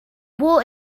war